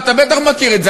אתה בטח מכיר את זה,